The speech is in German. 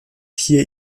hier